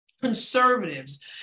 conservatives